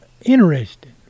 interesting